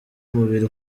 umubiri